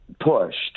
pushed